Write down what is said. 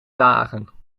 dagen